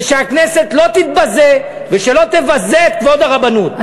ושהכנסת לא תתבזה ושלא תבזה את כבוד הרבנות.